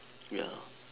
ya